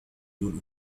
دون